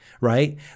right